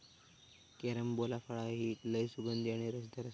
carambola फळा ही लय सुगंधी आणि रसदार असतत